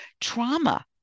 Trauma